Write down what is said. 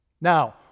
Now